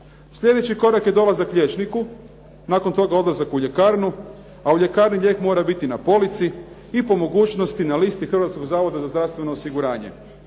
Slijedeći korak je dolazak liječniku, nakon toga odlazak u ljekarnu a u ljekarni lijek mora biti na polici i po mogućnosti na listi Hrvatskog zavoda za zdravstveno osiguranje.